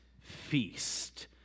feast